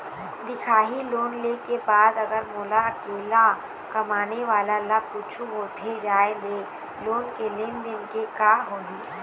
दिखाही लोन ले के बाद अगर मोला अकेला कमाने वाला ला कुछू होथे जाय ले लोन के लेनदेन के का होही?